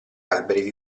alberi